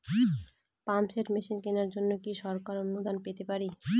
Pump set machine কেনার জন্য কি সরকারি অনুদান পেতে পারি?